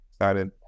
excited